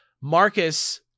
Marcus